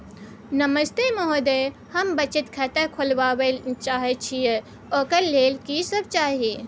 नमस्ते महोदय, हम बचत खाता खोलवाबै चाहे छिये, ओकर लेल की सब चाही?